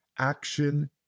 Action